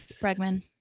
Bregman